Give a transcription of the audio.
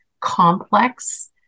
complex